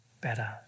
better